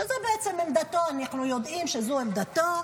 שזו בעצם עמדתו, אנחנו יודעים שזו עמדתו.